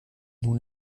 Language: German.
nun